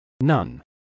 None